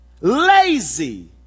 lazy